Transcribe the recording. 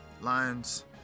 Lions